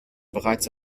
bereits